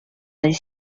les